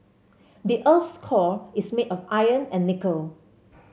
the earth's core is made of iron and nickel